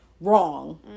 Wrong